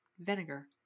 vinegar